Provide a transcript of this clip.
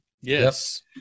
Yes